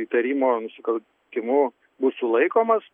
įtarimo nusikaltimu bus sulaikomas